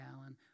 Alan